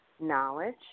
Knowledge